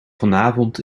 vanavond